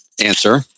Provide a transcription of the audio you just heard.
answer